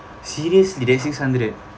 seriously six hundred